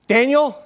Daniel